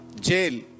jail